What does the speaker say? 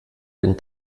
den